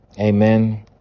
Amen